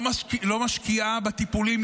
לא משקיעה בטיפולים.